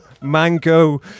Mango